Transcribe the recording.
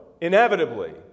inevitably